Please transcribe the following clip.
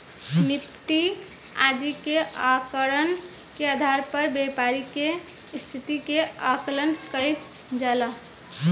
Nifty आदि के आंकड़न के आधार पर व्यापारि के स्थिति के आकलन कईल जाला